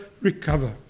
recover